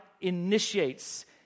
initiates